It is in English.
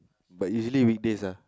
but usually weekdays ah